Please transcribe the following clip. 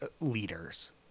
leaders